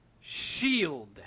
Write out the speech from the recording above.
shield